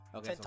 Okay